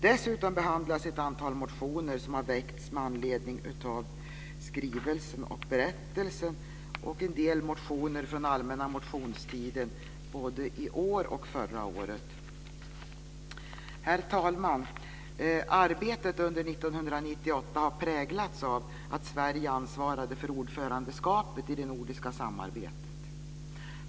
Dessutom behandlas ett antal motioner som har väckts med anledning av skrivelsen och berättelsen samt en del motioner från den allmänna motionstiden både i år och förra året. Arbetet under 1998 har präglats av att Sverige ansvarade för ordförandeskapet i det nordiska samarbetet.